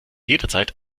jederzeit